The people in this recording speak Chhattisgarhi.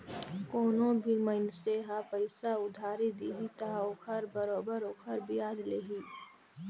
कोनो भी मइनसे ह पइसा उधारी दिही त ओखर बरोबर ओखर बियाज लेही